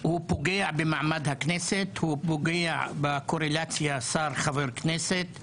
זה פוגע במעמד הכנסת וזה פוגע בקורלציה שר-חבר כנסת.